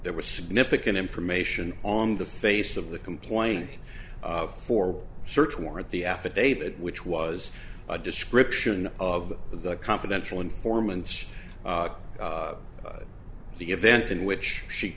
there was significant information on the face of the complaint for a search warrant the affidavit which was a description of the confidential informants the event in which she